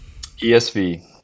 ESV